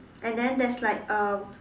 and then there is like a